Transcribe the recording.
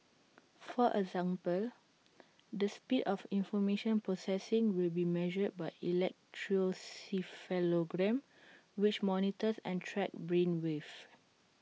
for example the speed of information processing will be measured by electroencephalogram which monitors and tracks brain waves